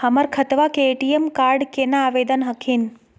हमर खतवा के ए.टी.एम कार्ड केना आवेदन हखिन?